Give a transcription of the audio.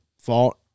fault